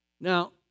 Now